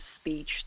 speech